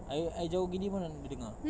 I I jauh begini pun boleh dengar